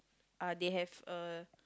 uh they have a